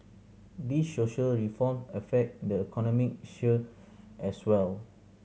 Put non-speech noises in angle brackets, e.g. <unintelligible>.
these social reform affect the economic <unintelligible> as well